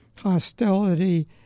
hostility